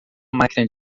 máquina